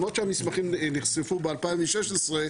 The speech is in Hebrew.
אבל הם באחריות של חשיפה של חושף משטרתי שכמעט ולא קיים,